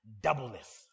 doubleness